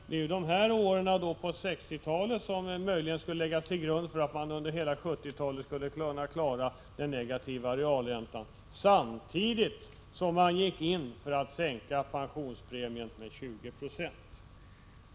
Det är då dessa år på 60-talet som möjligen skulle kunna vara orsaken till att man under 70-talet kunde klara den negativa realräntan, samtidigt som man sänkte pensionspremierna med 20 9.